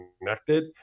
connected